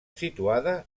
situada